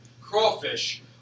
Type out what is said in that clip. Crawfish